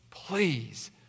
Please